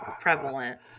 prevalent